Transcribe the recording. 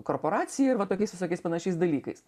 korporacija ir va tokiais visokiais panašiais dalykais